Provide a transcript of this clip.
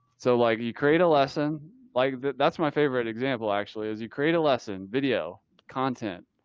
so like you create a lesson like that. that's my favorite example actually, is you create a lesson, video content.